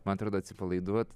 man atrodo atsipalaiduot